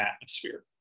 atmosphere